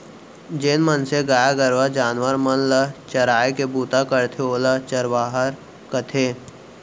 जेन मनसे गाय गरू जानवर मन ल चराय के बूता करथे ओला चरवार कथें